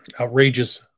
Outrageous